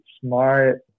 smart